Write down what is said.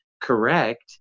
correct